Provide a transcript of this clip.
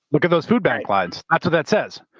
look at those food bank lines, that's what that says.